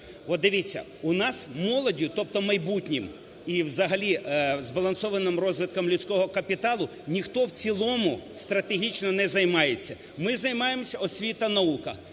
От дивіться, у нас молоддю, тобто майбутнім і взагалі збалансованим розвитком людського капіталу, ніхто в цілому стратегічно не займається. Ми займаємося: освіта, наука,